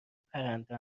پرنده